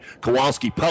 Kowalski